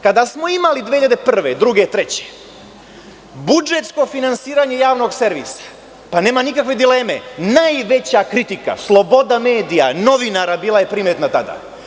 Kada smo imali 2001, 2002. i 2003. godine budžetsko finansiranje javnog servisa, nema nikakve dileme, najveća kritika sloboda medija, novinara bila je primetna tada.